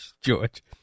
George